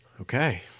Okay